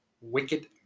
Wicked